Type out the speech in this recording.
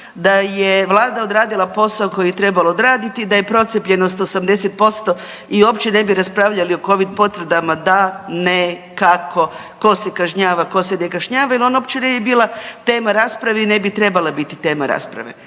da je vlada odradila posao koji je trebala odraditi i da je procijepljenost 80% i opće ne bi raspravljali o Covid potvrdama da, ne, kako, tko se kažnjava, tko se ne kažnjava jer on opće bi bila tema rasprave i ne bi trebala biti tema rasprave.